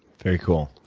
very cool.